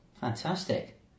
Fantastic